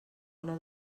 una